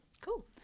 cool